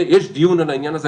יש דיון על העניין הזה,